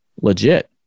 legit